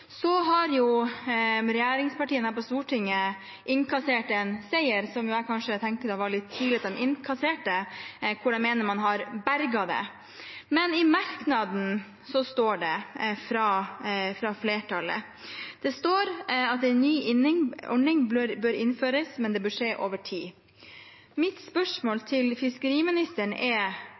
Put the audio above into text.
så viktig for de mange mottakene vi har langs kysten vår. Regjeringspartiene på Stortinget har innkassert en seier, som jeg kanskje tenker det var litt tidlig å innkassere, men man mener at man har berget det. I merknaden fra flertallet står det at en ny ordning bør innføres, men at det bør skje over tid. Mitt spørsmål til fiskeriministeren er: